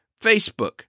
Facebook